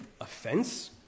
offense